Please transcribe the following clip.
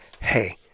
hey